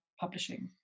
publishing